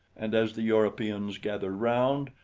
and as the europeans gathered around,